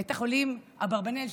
בית החולים אברבנאל,